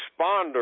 responder